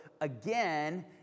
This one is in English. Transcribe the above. again